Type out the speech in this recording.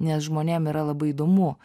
nes žmonėm yra labai įdomu